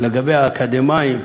לגבי האקדמאים